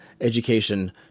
Education